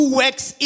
works